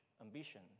ambition